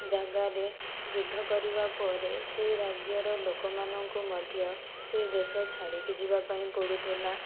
ଜାଗାରେ ଯୁଦ୍ଧ କରିବା ପରେ ସେହି ରାଜ୍ୟର ଲୋକମାନଙ୍କୁ ରାଜ୍ୟର ସେହି ଦେଶ ଛାଡ଼ିକି ଯିବା ପାଇଁ ପଡ଼ୁଥିଲା